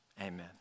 Amen